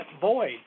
void